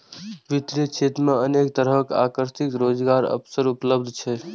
वित्तीय क्षेत्र मे अनेक तरहक आकर्षक रोजगारक अवसर उपलब्ध छै